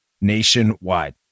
nationwide